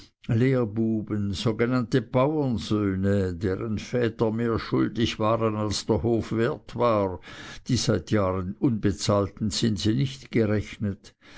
lehrbuben sogenannte bauernsöhne deren väter mehr schuldig waren als der hof wert war die seit jahren unbezahlten zinse nicht gerechnet